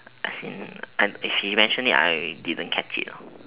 as in I she mention it I didn't catch it lor